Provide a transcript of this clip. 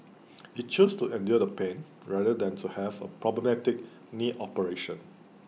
he chose to endure the pain rather than to have problematic knee operation